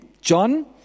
John